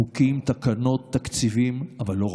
חוקים, תקנות, תקציבים, אבל לא רק.